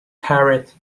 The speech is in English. parrot